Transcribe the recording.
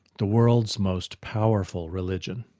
the world's most powerful religion.